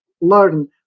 learn